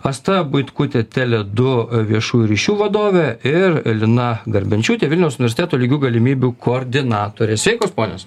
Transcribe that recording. asta buitkutė tele du viešųjų ryšių vadovė ir lina garbenčiūtė vilniaus universiteto lygių galimybių koordinatorė sveikos ponios